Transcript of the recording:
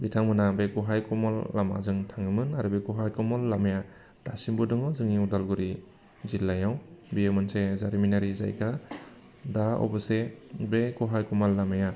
बिथांमोनहा बे गहाय कमल लामाजों थाङोमोन आरो बे गहाय कमल लामाया दासिमबो दङ जोंनि उदालगुरि जिल्लायाव बेयो मोनसे जारिमिनारि जायगा दा अबसे बे गहाय कुमाल लामाया